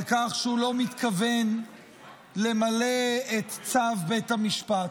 על כך שהוא לא מתכוון למלא את צו בית המשפט.